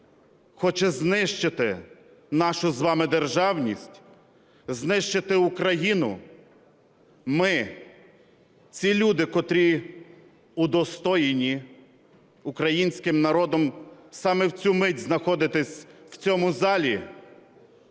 хоче знищити нашу з вами державність, знищити Україну, ми – ці люди, котрі удостоєні українським народом саме в цю мить знаходитися в цьому залі,